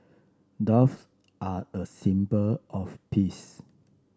doves are a symbol of peace